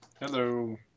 Hello